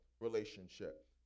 relationship